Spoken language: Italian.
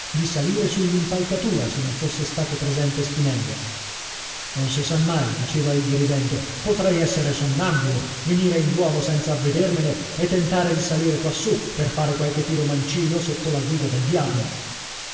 di salire sull'impalcatura se non fosse stato presente spinello non si sa mai diceva egli ridendo potrei essere sonnambulo venire in duomo senza avvedermene e tentare di salire quassù per fare qualche tiro mancino sotto la guida del diavolo